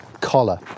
collar